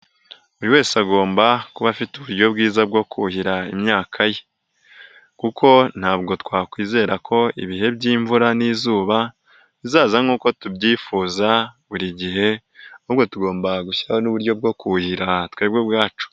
Buri wese agomba kuba afite uburyo bwiza bwo kuhira imyaka ye, kuko ntabwo twakwizera ko ibihe by'imvura n'izuba, bizaza nkuko tubyifuza buri gihe, ahubwo tugomba gushyiraho n'uburyo bwo kuhira twebwe ubwacu.